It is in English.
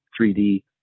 3D